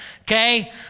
okay